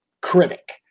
critic